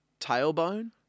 tailbone